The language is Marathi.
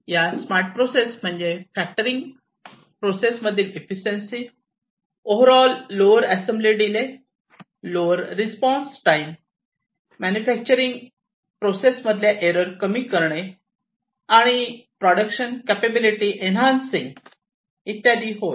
या स्मार्ट प्रोसेस म्हणजे आणि फॅक्टरिंग प्रोसेस मधील efficiency over all lower assembly delay lower response time manufacturing process मधल्या एरर कमी होणे आणि प्रोडक्शन कॅपाबिलिटी इंनहन्सिंग इत्यादी होय